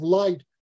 light